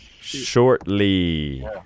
shortly